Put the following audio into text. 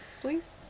Please